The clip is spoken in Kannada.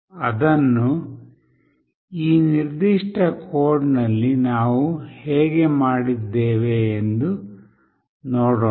ಅದನ್ನು ಈ ನಿರ್ದಿಷ್ಟ ಕೋಡ್ನಲ್ಲಿ ನಾವು ಹೇಗೆ ಮಾಡಿದ್ದೇವೆ ಎಂದು ನೋಡೋಣ